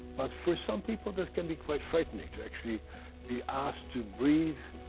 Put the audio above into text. but for some people this can be quite frightening to actually be asked to breathe,